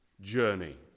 journey